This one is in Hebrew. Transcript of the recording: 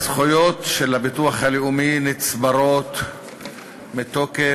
הזכויות של הביטוח הלאומי נצברות מתוקף